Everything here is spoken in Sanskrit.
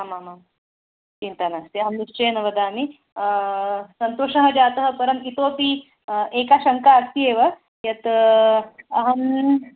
आमामां चिन्ता नास्ति अहं निश्चयेन वदामि सन्तोषः जातः परम् इतोपि एका शङ्का अस्ति एव यत् अहम्